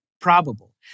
probable